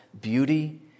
beauty